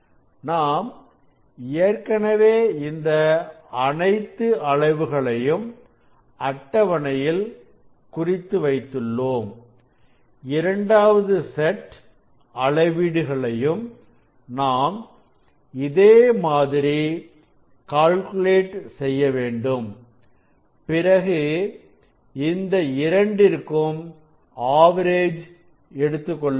நாம் ஏற்கனவே இந்த அனைத்து அளவுகளையும் அட்டவணையில் குறித்து வைத்துள்ளோம் இரண்டாவது செட் அளவீடுகளும் நாம் இதே மாதிரி கால்குலேட் செய்ய வேண்டும் பிறகு இந்த இரண்டிற்கும் ஆவரேஜ் எடுத்துக்கொள்ள வேண்டும்